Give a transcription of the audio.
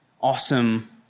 awesome